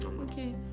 Okay